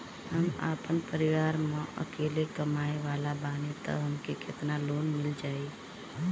हम आपन परिवार म अकेले कमाए वाला बानीं त हमके केतना लोन मिल जाई?